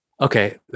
Okay